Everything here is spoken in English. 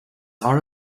are